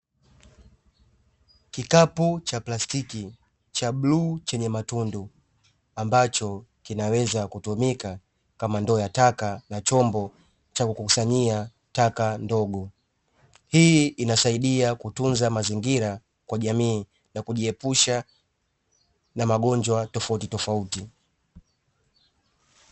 Kikapu cha plastiki cha bluu chenye matundu, ambacho kinaweza kutumika kama ndoo ya taka na chombo cha kukusanyia taka ndogo. Hii inasaidia kutunza mazingira kwa jamii na kujiepusha na magonjwa tofautitofauti.